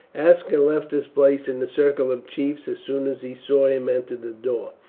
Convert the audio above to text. aska left his place in the circle of chiefs as soon as he saw him enter the door.